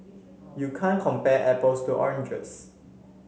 you can't compare apples to oranges